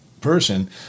person